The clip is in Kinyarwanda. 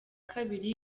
kabiri